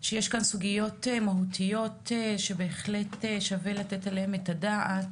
שיש כאן סוגיות מהותיות שבהחלט שווה לתת עליהן את הדעת,